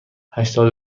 هشتاد